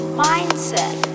mindset